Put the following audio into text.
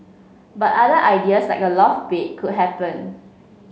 but other ideas like a loft be could happen